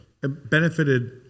Benefited